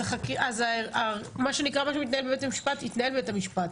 אז מה שנקרא מה שמתנהל בבית המשפט יתנהל בבית המשפט,